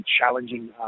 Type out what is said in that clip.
challenging